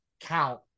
count